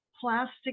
plastic